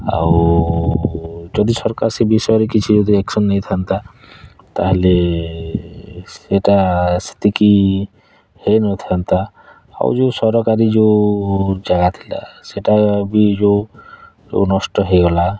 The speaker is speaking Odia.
ଆଉ ଯଦି ସରକାର ସେ ବିଷୟରେ କିଛି ଯଦି ଆକ୍ସନ୍ ନେଇଥାନ୍ତା ତା ହେଲେ ସେଇଟା ସେତିକି ହୋଇନଥାନ୍ତା ଆଉ ଯେଉଁ ସରକାରୀ ଯେଉଁ ଯାଗା ଥିଲା ସେଇଟା ବି ଯେଉଁ ନଷ୍ଟ ହୋଇଗଲା